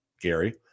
gary